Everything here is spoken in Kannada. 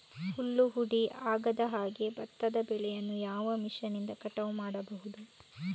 ಹುಲ್ಲು ಹುಡಿ ಆಗದಹಾಗೆ ಭತ್ತದ ಬೆಳೆಯನ್ನು ಯಾವ ಮಿಷನ್ನಿಂದ ಕಟ್ ಮಾಡಬಹುದು?